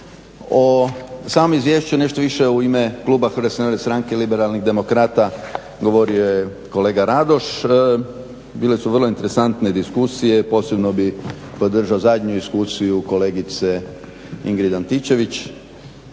O samom izvješću nešto više u ime Kluba HNS-a Liberalnih demokrata govorio je kolega Radoš. Bile su vrlo interesantne diskusije. Posebno bih podržao zadnju diskusiju kolegice Ingrid Antičević.